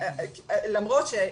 למרות ששוב,